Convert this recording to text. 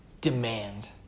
demand